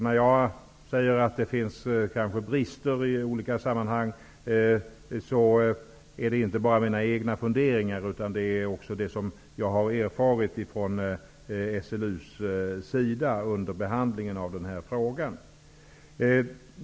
När jag säger att det finns brister av olika slag är det inte bara mina egna funderingar, utan det är också det som jag har erfarit från SLU:s sida under behandlingen av den här frågan.